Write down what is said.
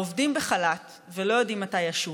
העובדים בחל"ת ולא יודעים מתי ישובו,